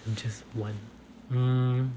just one mm